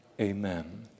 amen